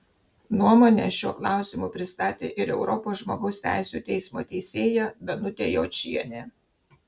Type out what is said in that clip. nuomonę šiuo klausimu pristatė ir europos žmogaus teisių teismo teisėja danutė jočienė